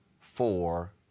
four